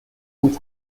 اوت